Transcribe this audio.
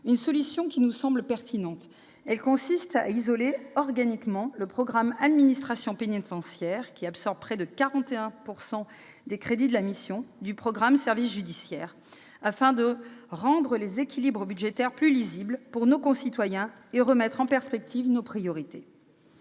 une solution qui nous semble pertinente : elle consiste à isoler organiquement le programme « Administration pénitentiaire », qui absorbe près de 41 % des crédits de la mission, du programme relatif aux services judiciaires, afin de rendre les équilibres budgétaires plus lisibles pour nos concitoyens et de remettre en perspective nos priorités.